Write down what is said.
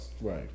Right